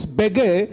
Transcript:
beggar